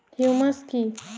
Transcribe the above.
Humus কি?